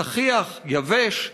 צחיח, יבש.